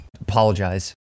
apologize